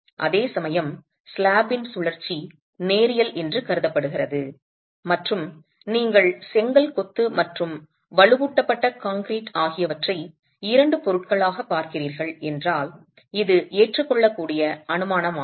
அதேசமயம் ஸ்லாப்பின் சுழற்சி நேரியல் என்று கருதப்படுகிறது மற்றும் நீங்கள் செங்கல் கொத்து மற்றும் வலுவூட்டப்பட்ட கான்கிரீட் ஆகியவற்றை 2 பொருட்களாகப் பார்க்கிறீர்கள் என்றால் இது ஏற்றுக்கொள்ளக்கூடிய அனுமானமாகும்